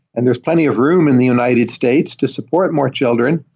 and there's plenty of room in the united states to support more children.